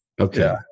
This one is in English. Okay